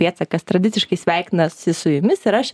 pėdsakas tradiciškai sveikinasi su jumis ir aš